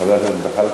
חבר הכנסת זחאלקה.